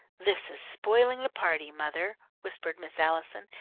this is spoiling the party, mother, whispered miss allison,